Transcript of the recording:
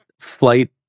flight